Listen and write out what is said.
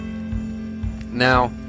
Now